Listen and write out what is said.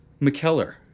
McKellar